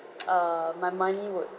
err my money would